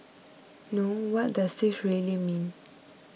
no what does this really mean